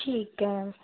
ਠੀਕ ਹੈ